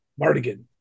Mardigan